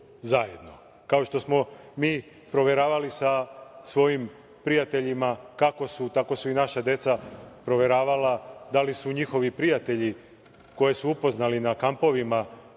Kao što smo mi proveravali sa svojim prijateljima kako su, tako su i naša deca proveravala da li su njihovi prijatelji koje su upoznali na kampovima